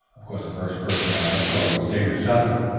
of course the first person i looked for was david southern,